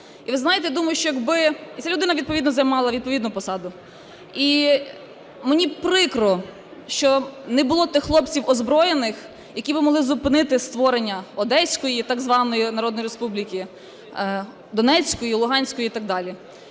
І, ви знаєте, я думаю, що якби… І ця людина відповідно займала відповідну посаду. І мені прикро, що не було тих хлопців озброєних, які би могли зупинити створення так званої "Одеської народної республіки", "Донецької", "Луганської" і так далі.